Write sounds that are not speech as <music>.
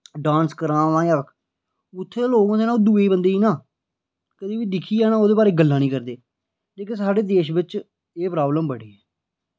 dance करै ना <unintelligible> उत्थै दे लोक होंदे ना ओह् दूए बंदे ही ना कदें बी दिक्खयै ओह्दे बारे च गल्लां निं करदे जेह्के साढ़े देश बिच एह् प्राब्लम बड़ी